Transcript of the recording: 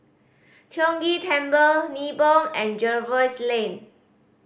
Tiong Ghee Temple Nibong and Jervois Lane